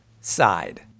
side